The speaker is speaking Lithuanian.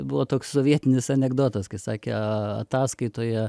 buvo toks sovietinis anekdotas kai sakė ataskaitoje